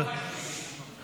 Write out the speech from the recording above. ואליד אלהואשלה.